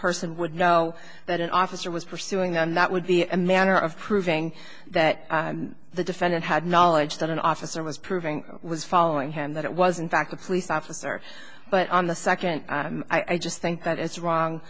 person would know that an officer was pursuing them that would be a manner of proving that the defendant had knowledge that an officer was proving was following him that it was in fact a police officer but on the second i just think that it's wrong